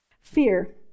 Fear